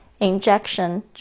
Injection